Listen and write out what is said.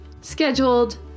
scheduled